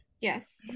yes